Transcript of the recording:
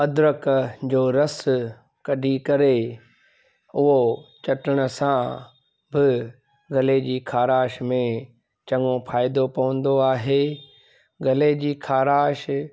अद्रक जो रस कढी करे उहो चटण सां बि गले जी ख़राश में चङो फ़ाइदो पवंदो आहे गले जी ख़राश